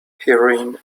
heroin